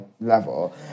level